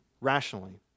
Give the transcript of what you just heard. rationally